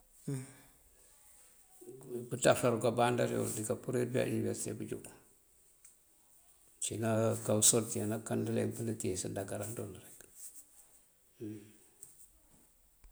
Pëţaf aruka báandarul dika púrir pëyá iniverësite pëjúk. Cína kú usorti anaká ndëleemp ndëtíis ndagará ndul.